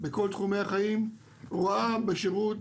בכל תחומי החיים, רואה בשירות